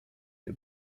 się